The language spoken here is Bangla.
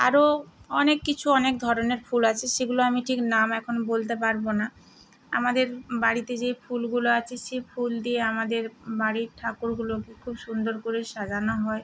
আরও অনেক কিছু অনেক ধরনের ফুল আছে সেগুলো আমি ঠিক নাম এখন বলতে পারব না আমাদের বাড়িতে যে ফুলগুলো আছে সে ফুল দিয়ে আমাদের বাড়ির ঠাকুরগুলোকে খুব সুন্দর করে সাজানো হয়